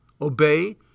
Obey